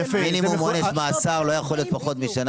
מינימום עונש מאסר לא יכול להיות פחות משישה